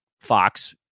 Fox